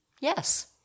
Yes